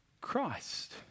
Christ